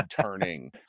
turning